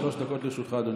שלוש דקות לרשותך,